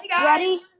Ready